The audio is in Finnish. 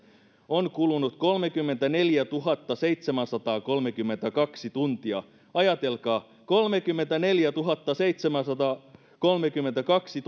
on kulunut kolmekymmentäneljätuhattaseitsemänsataakolmekymmentäkaksi tuntia ajatelkaa kolmekymmentäneljätuhattaseitsemänsataakolmekymmentäkaksi